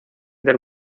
del